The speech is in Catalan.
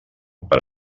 per